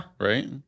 Right